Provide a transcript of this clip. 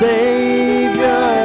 Savior